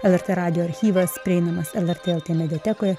lrt radijo archyvas prieinamas lrt lt mediatekoje